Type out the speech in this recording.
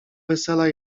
wesela